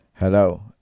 hello